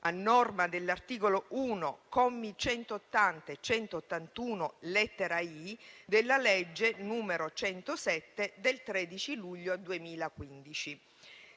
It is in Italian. a norma dell'articolo 1, commi 180 e 181, lettera *i)*, della legge n. 107 del 13 luglio 2015.